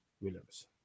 Williams